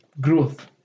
growth